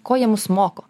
ko jie mus moko